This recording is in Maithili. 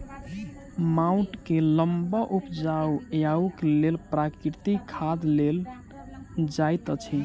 माइट के लम्बा उपजाऊ आयुक लेल प्राकृतिक खाद देल जाइत अछि